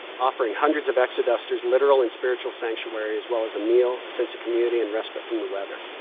offering hundreds of exodusters literal and spiritual sanctuary, as well as a meal, sense of community, and respite from the weather.